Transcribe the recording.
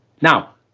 now